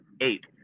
eight